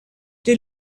they